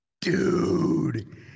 dude